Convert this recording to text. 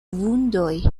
vundoj